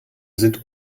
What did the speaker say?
sind